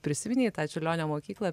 prisimeni į tą čiurlionio mokyklą